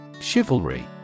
Chivalry